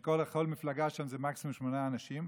וכל מפלגה שם זה מקסימום שמונה אנשים.